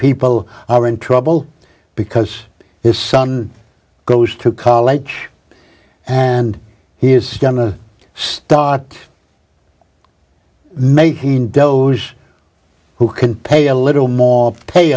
people are in trouble because his son goes to college and he is going to start making those who can pay a little more pay